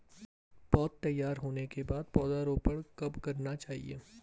पौध तैयार होने के बाद पौधा रोपण कब करना चाहिए?